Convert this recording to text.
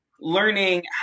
learning